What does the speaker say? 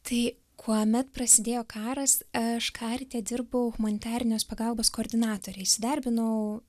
tai kuomet prasidėjo karas aš karite dirbau humanitarinės pagalbos koordinatore įsidarbinau